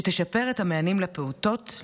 שתשפר את המענים לפעוטות,